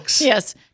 Yes